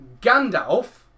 Gandalf